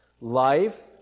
Life